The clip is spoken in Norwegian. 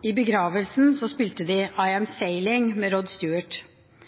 I begravelsen spilte de «I am sailing» med Rod